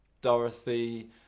Dorothy